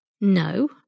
No